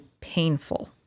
painful